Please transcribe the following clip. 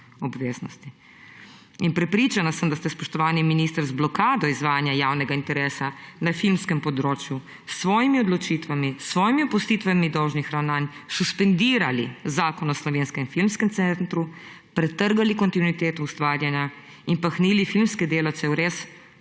obveznosti. Prepričan sem, da ste, spoštovani minister, z blokado izvajanja javnega interesa na filmskem področju s svojimi odločitvami, s svojimi opustitvami dolžnih ravnanj suspendirali Zakon o Slovenskem filmskem centru, pretrgali kontinuiteto ustvarjanja in pahnili filmske delavce v res